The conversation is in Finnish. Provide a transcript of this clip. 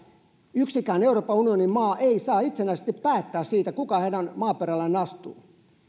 yksikään euroopan unionin maa ei saa itsenäisesti päättää siitä kuka sen maaperälle astuu